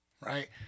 right